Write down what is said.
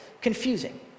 confusing